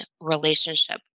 relationship